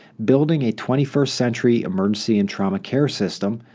building a twenty first century emergency and trauma care system,